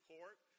Court